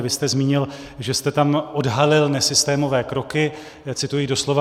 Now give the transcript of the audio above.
Vy jste zmínil, že jste tam odhalil nesystémové kroky, cituji doslova.